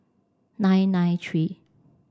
nine nine three